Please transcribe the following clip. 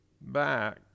back